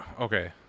Okay